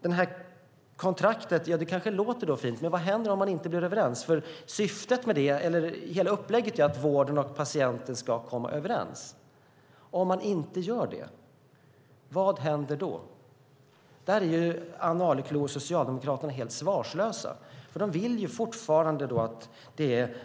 Det här kontraktet kanske låter fint. Men vad händer om man inte blir överens? Hela upplägget är att vården och patienten ska komma överens. Vad händer om man inte gör det? Där är Ann Arleklo och Socialdemokraterna helt svarslösa, för de vill fortfarande att